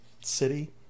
city